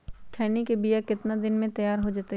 खैनी के बिया कितना दिन मे तैयार हो जताइए?